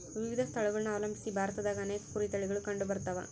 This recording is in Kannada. ವಿವಿಧ ಸ್ಥಳಗುಳನ ಅವಲಂಬಿಸಿ ಭಾರತದಾಗ ಅನೇಕ ಕುರಿ ತಳಿಗುಳು ಕಂಡುಬರತವ